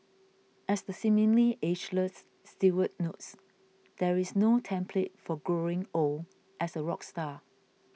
as the seemingly ageless Stewart notes there is no template for growing old as a rock star